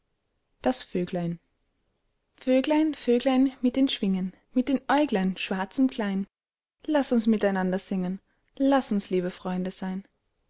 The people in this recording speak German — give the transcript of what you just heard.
das vöglein vöglein vöglein mit den schwingen mit den äuglein schwarz und klein laß uns mit einander singen laß uns liebe freunde sein